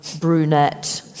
brunette